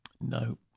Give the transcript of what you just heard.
No